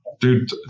Dude